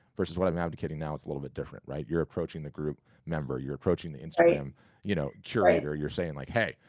versus what i'm advocating now, it's a little bit different. you're approaching the group member, you're approaching the instagram you know curator. you're saying, like, hey,